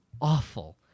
Awful